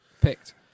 Picked